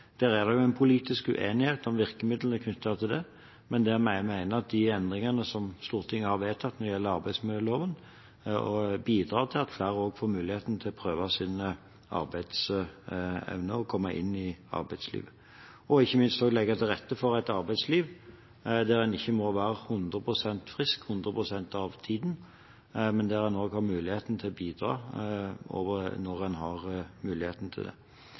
Det er politisk uenighet om virkemidlene knyttet til dette, men vi mener at de endringene som Stortinget har vedtatt når det gjelder arbeidsmiljøloven, bidrar til at flere får mulighet til å prøve sin arbeidsevne og komme inn i arbeidslivet og legger ikke minst til rette for et arbeidsliv der en ikke må være 100 pst. frisk 100 pst. av tiden, men der en har mulighet til å bidra når en kan. I bunn og grunn, hvis en ser på dette ut fra helsetjenestens perspektiv, handler det